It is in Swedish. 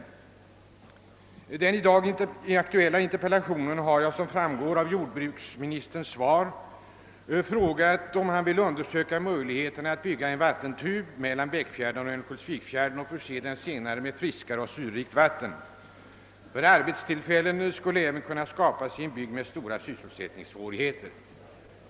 Som framgår av jordbruksministerns svar på den i dag aktuella interpellationen har jag frågat, om jordbruksministern vill undersöka möjligheterna att bygga en vattentub mellan Bäckfjärden och Örnsköldsviksfjärden för att förse den senare med friskare och mera syrerikt vatten. Arbetstillfällen skulle då även skapas i en bygd med stora sysselsättningssvårigheter.